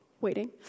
waiting